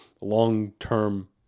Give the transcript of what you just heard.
long-term